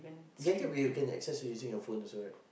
you can take but you can access using your phone also right